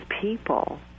people